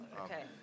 Okay